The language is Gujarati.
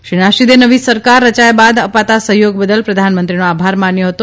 શ્રી નાશીદે નવી સરકાર રચાયા બાદ અપાતા સહયોગ બદલ પ્રધાનમંત્રીનો આભાર માન્યો હતો